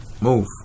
move